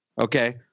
Okay